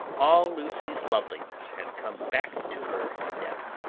all lucy's loveliness had come back to her in death,